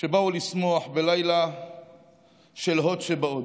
שבאו לשמוח בלילה של הוד שבהוד.